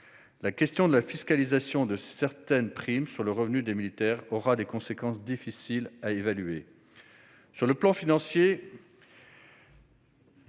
La question de la fiscalisation de certaines primes sur le revenu des militaires aura des conséquences difficiles à évaluer.